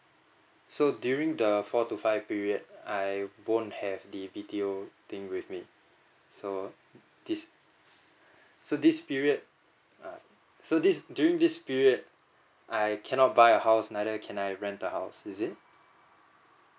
so during the four to five period I won't have the B_T_O thing with me so this so this period err so during this period I I cannot buy a house neither can I rent the house is it